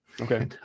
okay